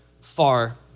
far